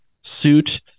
suit